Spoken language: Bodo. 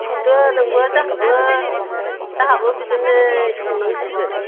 संदो नोंबो जोंहाबो बिदिनो संनांसिगोन